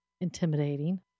intimidating